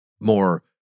more